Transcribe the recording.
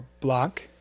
Block